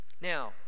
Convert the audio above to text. Now